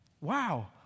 wow